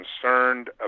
concerned